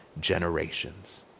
generations